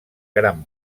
gran